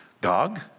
Gog